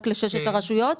רק לשש הרשויות,